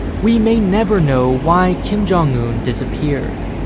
we may never know why kim jong-un disappeared.